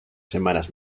semanas